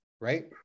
right